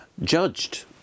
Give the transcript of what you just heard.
judged